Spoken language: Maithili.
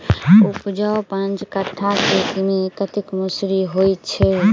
उपजाउ पांच कट्ठा खेत मे कतेक मसूरी होइ छै?